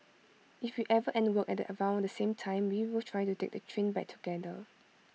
if we ever end work at around the same time we will try to take the train back together